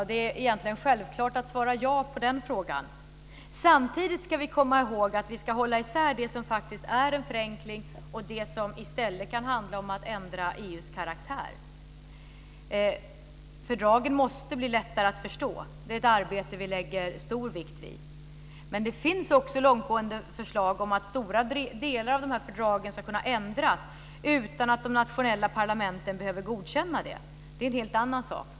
Det är egentligen självklart att svara ja på den frågan. Samtidigt ska vi komma ihåg att vi ska hålla isär det som faktiskt är en förenkling och det som i stället kan handla om att ändra EU:s karaktär. Fördragen måste bli lättare att förstå. Det är ett arbete som vi lägger stor vikt vid, men det finns också långtgående förslag om att stora delar av de här fördragen ska kunna ändras utan att de nationella parlamenten behöver godkänna det. Det är en helt annan sak.